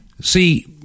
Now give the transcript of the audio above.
See